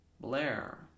Blair